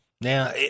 Now